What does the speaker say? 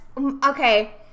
okay